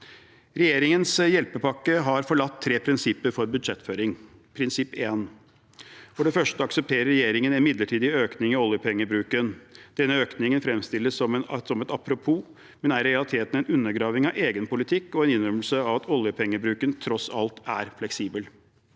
Regjeringens hjelpepakke har forlatt tre prinsipper for budsjettføring. Prinsipp én, og for det første: Regjeringen aksepterer en midlertidig økning i oljepengebruken. Denne økningen fremstilles som et apropos, men er i realiteten en undergraving av egen politikk og en innrømmelse av at oljepengebruken tross alt er fleksibel.